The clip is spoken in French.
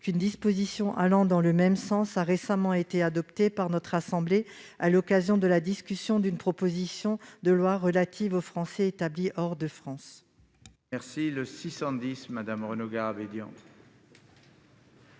qu'une disposition allant dans le même sens a récemment été adoptée par notre assemblée à l'occasion de la discussion d'une proposition de loi relative aux Français établis hors de France. L'amendement